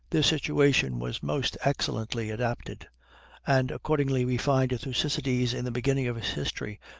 their situation was most excellently adapted and accordingly we find thucydides, in the beginning of his history,